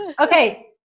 Okay